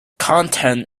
content